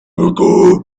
baker